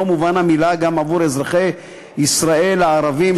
מובן המילה גם עבור אזרחי ישראל הערבים,